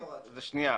שוב: